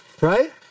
Right